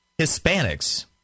Hispanics